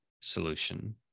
solution